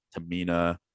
tamina